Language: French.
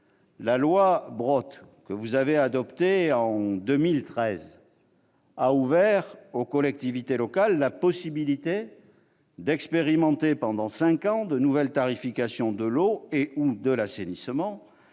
« loi Brottes », que vous avez adoptée en 2013, a ouvert aux collectivités locales la possibilité d'expérimenter pendant cinq ans de nouvelles tarifications de l'eau et/ou de l'assainissement,